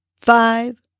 five